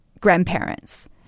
grandparents